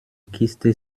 kiste